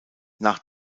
nach